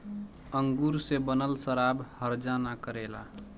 अंगूर से बनल शराब हर्जा ना करेला